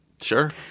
Sure